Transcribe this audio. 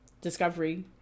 Discovery